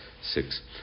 six